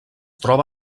troba